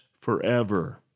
forever